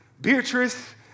Beatrice